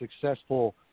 successful